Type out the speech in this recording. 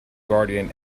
guardian